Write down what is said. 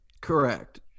Correct